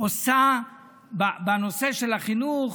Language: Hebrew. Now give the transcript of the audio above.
עושה בנושא של החינוך,